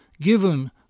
given